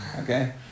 okay